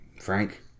Frank